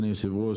אדוני היושב-ראש,